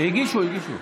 הגישו, הגישו.